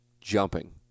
jumping